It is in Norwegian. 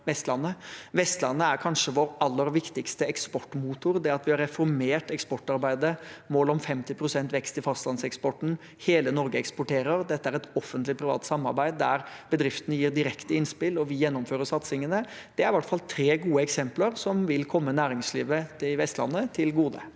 Vestlandet er kanskje vår aller viktigste eksportmotor. Vi har reformert eksportarbeidet, har mål om 50 pst. vekst i fastlandseksporten og har prosjektet Hele Norge eksporterer. Dette er et offentlig-privat samarbeid der bedriftene gir direkte innspill og vi gjennomfører satsingene. Dette er i hvert fall tre gode eksempler som vil komme næringslivet på Vestlandet til gode.